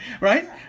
Right